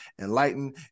enlighten